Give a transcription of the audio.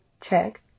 Check